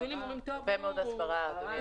הרבה מאוד הסברה.